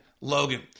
Logan